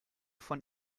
von